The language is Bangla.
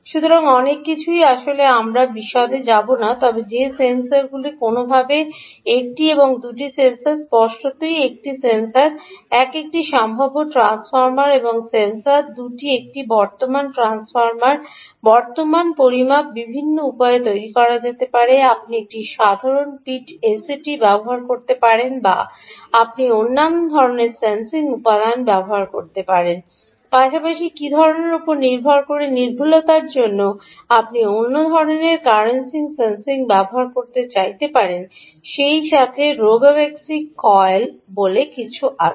সুতরাং অনেক কিছুই আসলে ঘটেছে আমরা বিশদে যাব না তবে যে কোনওভাবে সেন্সর একটি এবং দুটি সেন্সর স্পষ্টতই একটি সেন্সর এক একটি সম্ভাব্য ট্রান্সফর্মার এবং সেন্সর দুটি একটি বর্তমান ট্রান্সফরমার বর্তমান পরিমাপ বিভিন্ন উপায়ে তৈরি করা যেতে পারে আপনি একটি সাধারণ পিট ACT ব্যবহার করতে পারেন বা আপনি অন্যান্য ধরণের সেন্সিং উপাদান ব্যবহার করতে পারেন পাশাপাশি কি ধরণের উপর নির্ভর করে নির্ভুলতার জন্য আপনি অন্য ধরণের কারেন্সিং সেন্সিং ব্যবহার করতে চাইতে পারেন সেই সাথে রোগোভস্কি কয়েল বলে কিছু আছে